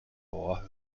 oahu